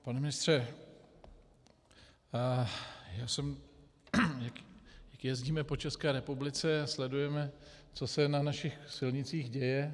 Pane ministře, jak jezdíme po České republice, sledujeme, co se na našich silnicích děje.